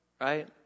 right